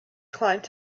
climbed